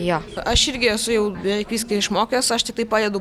jo aš irgi esu jau beveik viską išmokęs aš tiktai padedu